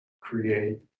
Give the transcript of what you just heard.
create